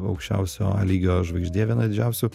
aukščiausio lygio žvaigždė viena didžiausių